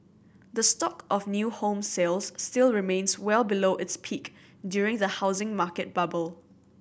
the stock of new home sales still remains well below its peak during the housing market bubble